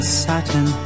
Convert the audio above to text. satin